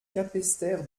capesterre